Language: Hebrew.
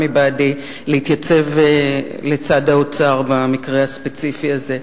ממני להתייצב לצד האוצר במקרה הספציפי הזה.